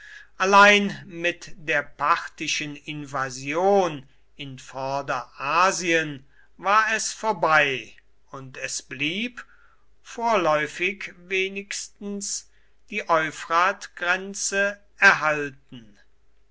allein mit der parthischen invasion in vorderasien war es vorbei und es blieb vorläufig wenigstens die euphratgrenze erhalten